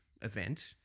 event